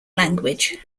language